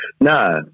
No